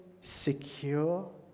secure